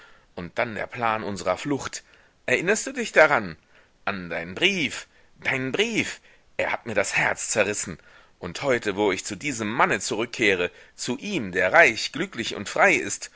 und dann der plan unsrer flucht erinnerst du dich daran an deinen brief deinen brief er hat mir das herz zerrissen und heute wo ich zu diesem manne zurückkehre zu ihm der reich glücklich und frei ist